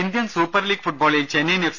Indian super league ഫൂട്ബോളിൽ Chennaiyin F